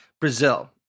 Brazil